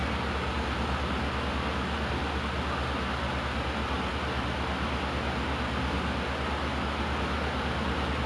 people who didn't bring their own bags so we will offer like the tote bags that were donated to for them to use as